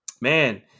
man